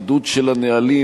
חידוד של הנהלים,